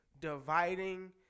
dividing